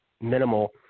minimal